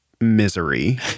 misery